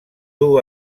duu